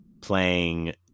playing